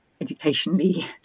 educationally